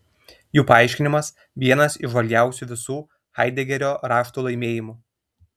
jų paaiškinimas vienas įžvalgiausių visų haidegerio raštų laimėjimų